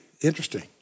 Interesting